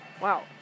Wow